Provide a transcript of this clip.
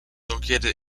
located